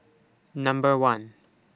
Number one